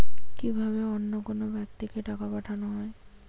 কি ভাবে অন্য কোনো ব্যাক্তিকে টাকা পাঠানো হয়?